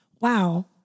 Wow